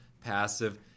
passive